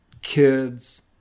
kids